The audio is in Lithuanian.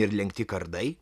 ir lenkti kardai